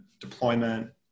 deployment